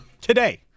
today